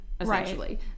Essentially